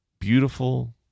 beautiful